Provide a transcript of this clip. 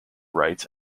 rights